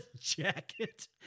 Jacket